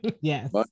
Yes